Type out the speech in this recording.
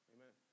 Amen